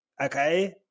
okay